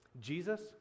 Jesus